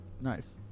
Nice